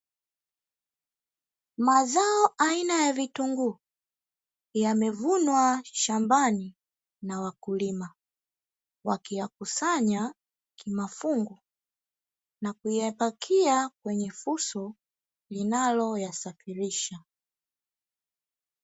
Mazao aina ya vitunguu yamevunwa shambani, na wakulima wakiyakusanya kimafungu na kuyapakia kwenye fuso linaloyasafirisha.